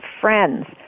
friends